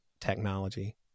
technology